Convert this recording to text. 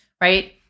right